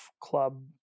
club